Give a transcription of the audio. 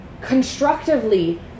constructively